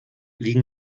liegen